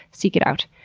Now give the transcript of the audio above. seek it out.